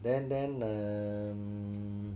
then then um